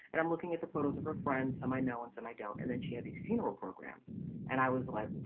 and i'm looking at the photos of her friends. some i know and some i don't. and then she had these funeral programmes and i was like,